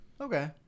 Okay